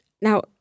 Now